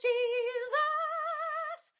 Jesus